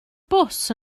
bws